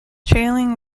trailing